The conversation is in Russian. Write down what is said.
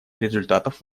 результатов